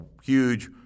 huge